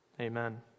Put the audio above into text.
Amen